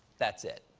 that's it.